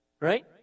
right